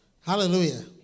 Hallelujah